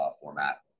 format